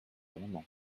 amendement